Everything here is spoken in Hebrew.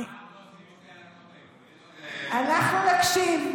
אנחנו נקשיב,